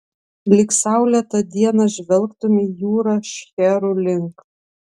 lyg saulėtą dieną žvelgtumei į jūrą šcherų link